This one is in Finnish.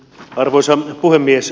arvoisa puhemies